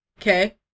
okay